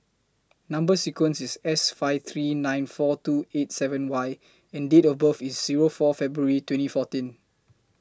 Number sequence IS S five three nine four two eight seven Y and Date of birth IS Zero four February twenty fourteen